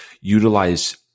utilize